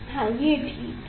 हाँ ये ठीक है